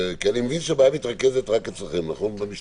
כי אני מבין שהבעיה מתרכזת רק אצלכם במשטרה,